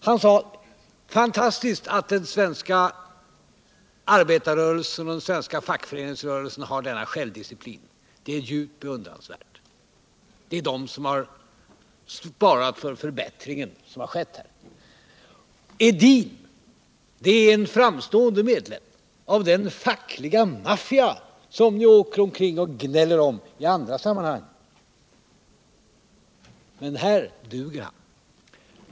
Han sade då: Det är fantastiskt att den svenska arbetarrörelsen och den svenska fackföreningsrörelsen har denna självdisciplin. Det är djupt beundransvärt. Det är den som har svarat för den förbättring som skett. Per-Olof Edin är en framstående medlem av den fackliga maffia som ni åker omkring och gnäller om i andra sammanhang. Men här duger han.